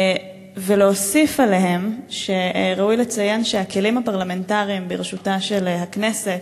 ולהוסיף עליהם שראוי לציין שהכלים הפרלמנטריים שברשותה של הכנסת